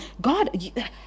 God